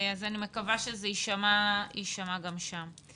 אני מקווה שזה יישמע גם שם.